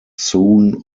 sewn